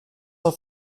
auf